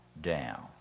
down